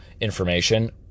information